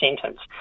sentence